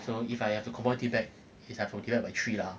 so if I have to convert it back I have to divide by three lah